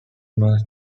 must